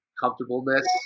comfortableness